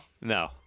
No